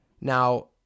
Now